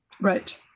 Right